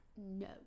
no